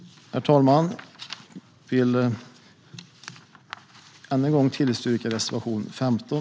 Herr talman! Jag vill än en gång yrka bifall till reservation 15.